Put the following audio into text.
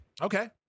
Okay